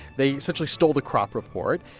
they essentially stole the crop report.